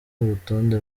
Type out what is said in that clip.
urutonde